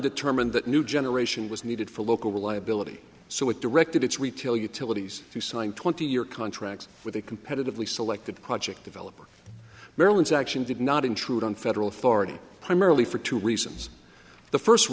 determined that new generation was needed for local reliability so it directed its retail utilities to sign twenty year contracts with a competitively selected project developer maryland's action did not intrude on federal authority primarily for two reasons the first